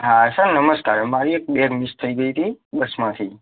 હા સર નમસ્કાર મારી એક બેગ મિસ થઈ ગઇ હતી બસમાંથી